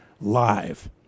live